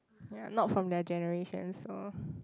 ya not from their generation so